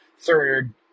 third